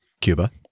Cuba